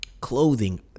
clothing